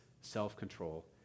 self-control